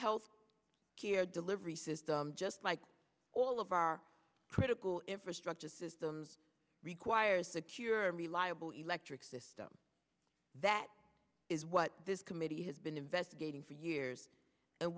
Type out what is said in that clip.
health care delivery system just like all of our critical infrastructure systems requires secure and reliable electric system that is what this committee has been investigating for years and